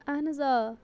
اَہَن حظ آ